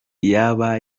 yaba